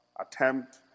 attempt